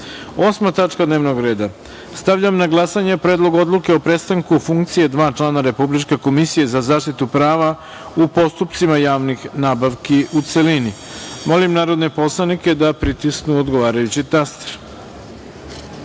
tačka dnevnog reda. Stavljam na glasanje Predlog odluke o prestanku funkcije dva člana Republičke komisije za zaštitu prava u postupcima javnih nabavki, u celini. Molim narodne poslanike da pritisnu odgovarajući